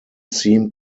seem